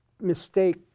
mistake